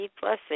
blessing